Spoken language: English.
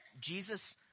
Jesus